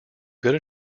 good